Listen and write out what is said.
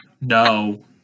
no